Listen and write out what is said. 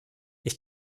ich